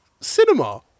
cinema